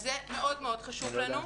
זה חשוב לנו מאוד.